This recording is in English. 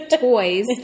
toys